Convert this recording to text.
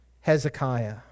Hezekiah